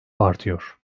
artıyor